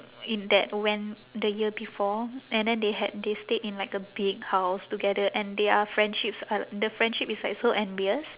in that went the year before and then they had they stayed in like a big house together and their friendships the friendship is like so envious